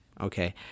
okay